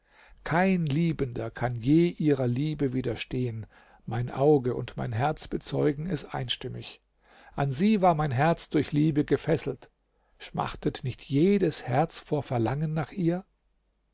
kein liebender kann je ihrer liebe widerstehen mein auge und mein herz bezeugen es einstimmig an sie war mein herz durch liebe gefesselt schmachtet nicht jedes herz vor verlangen nach ihr